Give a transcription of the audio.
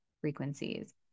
frequencies